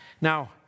Now